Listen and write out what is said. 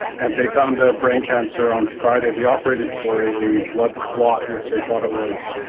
and they found a brain cancer. on friday they operated for a blood clot, which they thought it was,